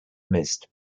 missed